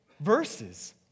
verses